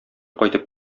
кайтып